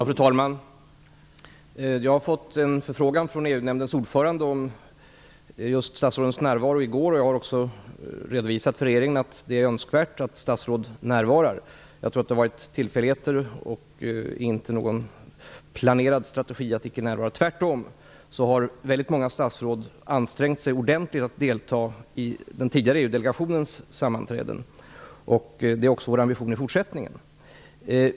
Fru talman! Jag har fått en förfrågan från EU nämndens ordförande om just statsrådens närvaro i går. Jag har också redovisat för regeringen att det är önskvärt att statsråden närvarar. Jag tror att det har varit tillfälligheter och inte någon planerad strategi att icke närvara. Tvärtom har väldigt många statsråd ansträngt sig ordentligt att delta i den tidigare EU-delegationens sammanträden. Det är också vår ambition i fortsättningen.